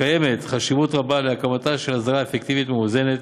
קיימת חשיבות רבה להקמתה של אסדרה אפקטיבית ומאוזנת